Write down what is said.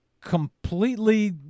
completely